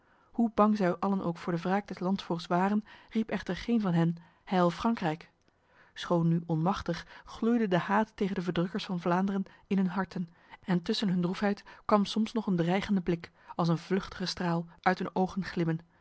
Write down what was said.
hoe bang zij allen ook voor de wraak des landvoogds waren riep echter geen van hen heil frankrijk schoon nu onmachtig gloeide de haat tegen de verdrukkers van vlaanderen in hun harten en tussen hun droefheid kwam soms nog een dreigende blik als een vluchtige straal uit hun ogen glimmen